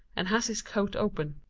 and has his coat open.